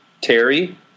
Terry